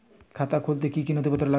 খাতা খুলতে কি কি নথিপত্র লাগবে?